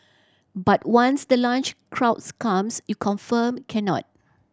but once the lunch crowds comes you confirmed cannot